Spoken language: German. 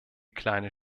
kleine